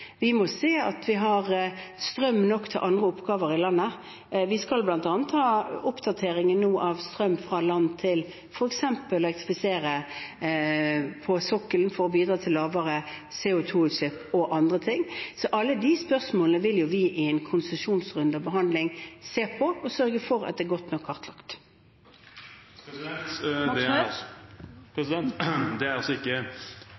Vi må se at vi har strøm nok til andre oppgaver i landet. Vi skal bl.a. ha oppdateringen nå av strøm fra land til f.eks. å elektrifisere på sokkelen for å bidra til lavere CO 2 -utslipp og andre ting. Så alle de spørsmålene vil vi i en konsesjonsrunde og -behandling se på og sørge for at er godt nok kartlagt. Det blir oppfølgingsspørsmål – Bjørnar Moxnes. Det er altså ikke